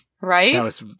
Right